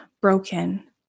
broken